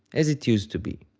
as it used to be.